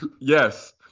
Yes